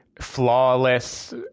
flawless